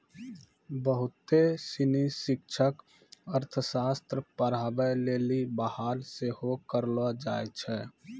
बहुते सिनी शिक्षक अर्थशास्त्र पढ़ाबै लेली बहाल सेहो करलो जाय छै